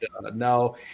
no